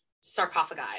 sarcophagi